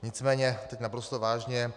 Nicméně teď naprosto vážně.